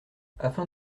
afin